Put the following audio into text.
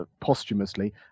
posthumously